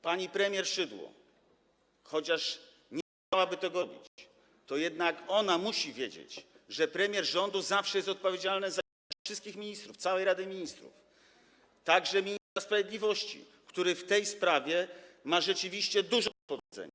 Pani premier Szydło, chociaż nie chciałaby tego robić, to jednak musi wiedzieć, że premier rządu zawsze jest odpowiedzialny za działalność wszystkich ministrów, całej Rady Ministrów, także ministra sprawiedliwości, który w tej sprawie ma rzeczywiście dużo do powiedzenia.